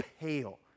pale